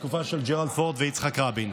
לתקופה של ג'רלד פורד ויצחק רבין.